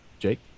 Jake